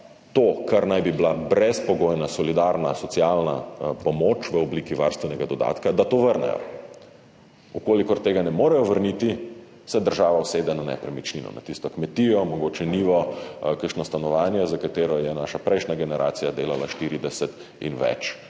to, kar naj bi bila brezpogojna solidarna socialna pomoč v obliki varstvenega dodatka, vrnejo. Če tega ne morejo vrniti, se država usede na nepremičnino, na tisto kmetijo, mogoče njivo, kakšno stanovanje, za katero je naša prejšnja generacija delala 40 let in več.